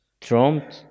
Trump